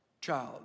child